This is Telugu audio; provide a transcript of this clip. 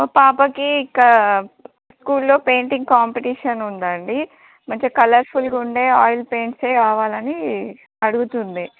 మా పాపకి క స్కూల్లో పెయింటింగ్ కాంపిటీషన్ ఉందండి మంచి కలర్ఫుల్గా ఉండే ఆయిల్ పెయింట్సే కావాలని అడుగుతుంది